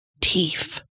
teeth